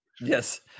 Yes